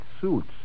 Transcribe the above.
suits